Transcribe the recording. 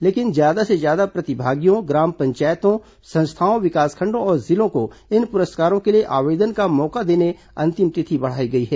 लेकिन ज्यादा से ज्यादा प्रतिभागियों ग्राम पंचायतों संस्थाओं विकासखंडों और जिलों को इन पुरस्कारों के लिए आवेदन का मौका देने अंतिम तिथि बढ़ायी गई है